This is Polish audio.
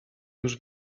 już